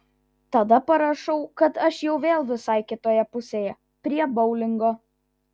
tada parašau kad aš jau vėl visai kitoje pusėje prie boulingo